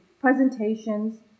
presentations